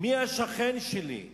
מי השכן שלי.